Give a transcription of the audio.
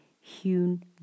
hewn